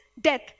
death